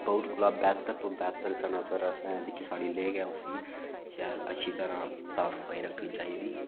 बोह्त कोला बैह्तर तो बैह्तर सनासर असें जेह्की साढ़ी लेक ऐ उसी शैल अच्छी तरह साफ सफाई रक्खनी चाहिदी